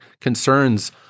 concerns